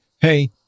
hey